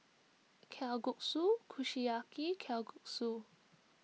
Kalguksu Kushiyaki Kalguksu